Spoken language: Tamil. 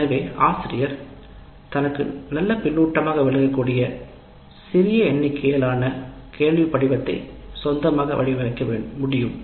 எனவே ஒருவர் சிறிய எண்ணிக்கையிலான கேள்விகளைக் சொந்தமாக வடிவமைக்க முடியும்